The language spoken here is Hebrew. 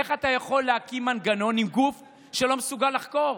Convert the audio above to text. איך אתה יכול להקים מנגנון עם גוף שלא מסוגל לחקור?